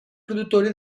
produttore